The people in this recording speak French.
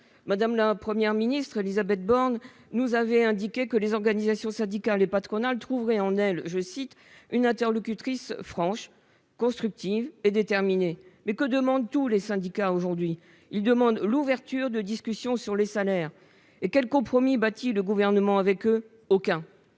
Mme la Première ministre Élisabeth Borne nous avait indiqué que les organisations syndicales et patronales trouveraient en elle une interlocutrice « franche, constructive et déterminée ». Mais que demandent tous les syndicats aujourd'hui ? L'ouverture de discussions sur les salaires ! Et quel compromis bâtit le Gouvernement avec eux ? Aucun